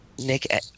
Nick